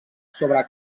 sobre